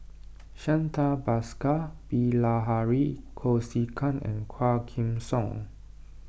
Santha Bhaskar Bilahari Kausikan and Quah Kim Song